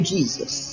Jesus